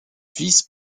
vice